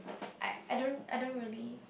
I I don't I don't really